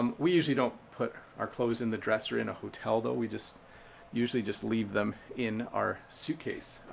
um we usually don't put our clothes in the dresser in a hotel though, we just usually just leave them in our suitcase.